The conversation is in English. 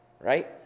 right